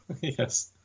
Yes